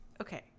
Okay